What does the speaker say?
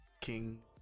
king